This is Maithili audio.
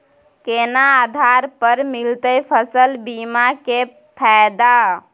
केना आधार पर मिलतै फसल बीमा के फैदा?